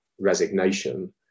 resignation